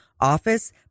office